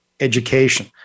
education